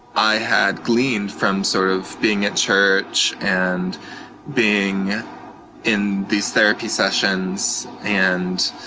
i had gleaned from sort of being at church and being in these therapy sessions, and